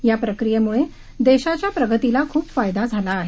या प्रक्रियेमुळे देशाच्या प्रगतीला खूप फायदा झाला आहे